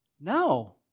No